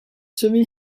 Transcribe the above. semi